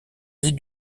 asie